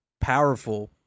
powerful